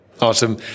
Awesome